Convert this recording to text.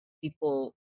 people